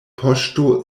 poŝto